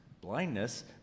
blindness